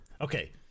Okay